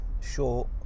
sure